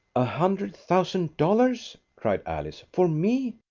a hundred thousand dollars, cried alice. for me?